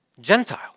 Gentile